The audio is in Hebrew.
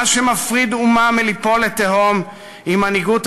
מה שמונע אומה מליפול לתהום הוא מנהיגות